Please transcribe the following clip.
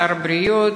שר הבריאות,